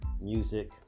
music